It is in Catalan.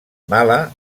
mala